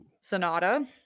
Sonata